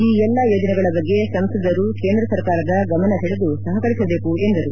ಈ ಎಲ್ಲ ಯೋಜನೆಗಳ ಬಗ್ಗೆ ಸಂಸದರು ಕೇಂದ್ರ ಸರ್ಕಾರದ ಗಮನಸೆಳೆದು ಸಹಕರಿಸಬೇಕು ಎಂದರು